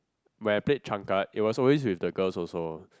where I played trump card it was always with the girls also